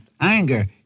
anger